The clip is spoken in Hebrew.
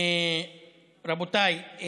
רבותיי,